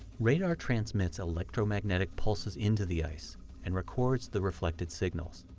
radar transmits electromagnetic pulses into the ice and records the reflected signals,